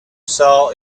saw